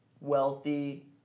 wealthy